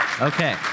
Okay